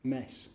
mess